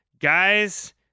Guys